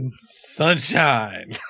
Sunshine